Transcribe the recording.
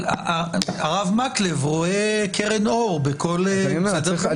הרב מקלב רואה קרן אור בכל דבר.